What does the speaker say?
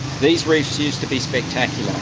these reefs used to be spectacular,